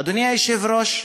אדוני היושב-ראש,